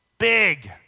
Big